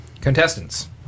Contestants